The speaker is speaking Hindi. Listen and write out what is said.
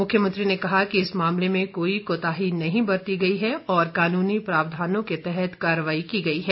मुख्यमंत्री ने कहा कि इस मामले में कोई कोताही नहीं बरती गई है और कानूनी प्रावधानों के तहत कार्रवाई की गई है